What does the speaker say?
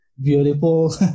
beautiful